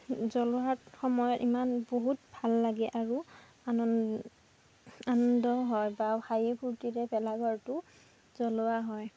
জ্বলোৱাৰ সময়ত ইমান বহুত ভাল লাগে আৰু আনন আনন্দ হয় বা হাঁহি ফুৰ্টিৰে ভেলাঘৰটো জ্বলোৱা হয়